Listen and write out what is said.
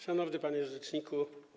Szanowny Panie Rzeczniku!